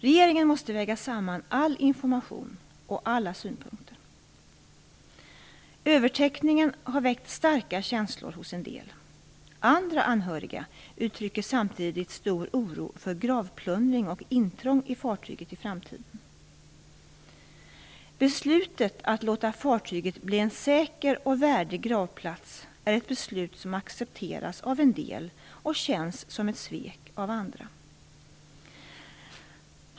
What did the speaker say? Regeringen måste väga samman all information och alla synpunkter. Övertäckningen har väckt starka känslor hos en del. Andra anhöriga uttrycker samtidigt stor oro för gravplundring och intrång i fartyget i framtiden. Beslutet att låta fartyget bli en säker och värdig gravplats är ett beslut som accepteras av en del och känns som ett svek av andra.